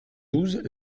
douze